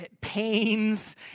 pains